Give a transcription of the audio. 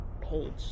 page